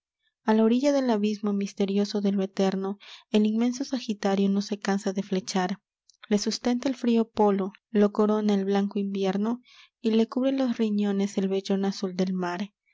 a la orilla del abismo misterioso de lo eterno el inmenso sagitario no se cansa de flechar le sustenta el frío polo lo corona el blanco invierno y le cubre los riñones el vellón azul del mar